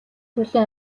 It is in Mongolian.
төлөө